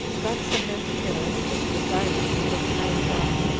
got some men together, and was desirous to take caius off,